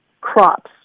crops